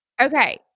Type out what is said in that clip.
Okay